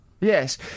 Yes